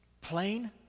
plain